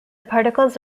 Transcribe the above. particles